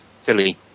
silly